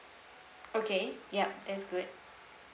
okay yup that's good